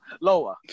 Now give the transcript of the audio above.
lower